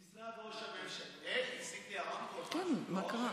משרד ראש הממשלה, הפסיק לי הרמקול.